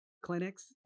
clinics